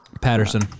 Patterson